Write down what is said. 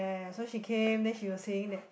ya ya ya so she came then she was saying that